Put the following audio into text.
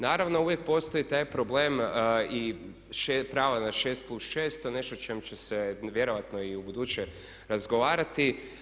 Naravno, uvijek postoji taj problem i prava na 6 plus 6. To je nešto o čem će se vjerojatno i u buduće razgovarati.